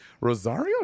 Rosario